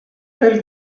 elle